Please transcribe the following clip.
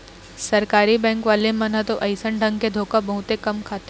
सरकारी बेंक वाले मन ह तो अइसन ढंग के धोखा बहुते कम खाथे